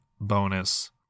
bonus